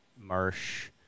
marsh